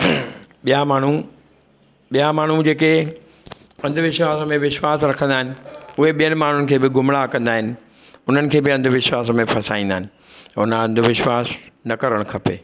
ॿिया माण्हू ॿिया माण्हू जेके अंधविश्वास में विश्वास रखंदा आहिनि उहे ॿियनि माण्हुनि खे बि गुमराह कंदा आहिनि उन्हनि खे बि अंधविश्वास में फसाईंदा आहिनि हुन अंधविश्वास न करणु खपे